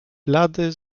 blady